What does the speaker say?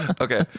Okay